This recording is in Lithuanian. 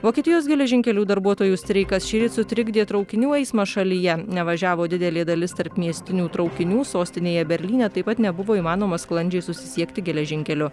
vokietijos geležinkelių darbuotojų streikas šįryt sutrikdė traukinių eismą šalyje nevažiavo didelė dalis tarpmiestinių traukinių sostinėje berlyne taip pat nebuvo įmanoma sklandžiai susisiekti geležinkeliu